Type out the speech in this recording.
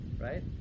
Right